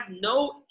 no